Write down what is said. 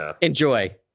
Enjoy